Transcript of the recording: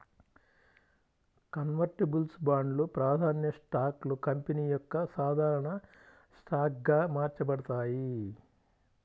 convertibles బాండ్లు, ప్రాధాన్య స్టాక్లు కంపెనీ యొక్క సాధారణ స్టాక్గా మార్చబడతాయి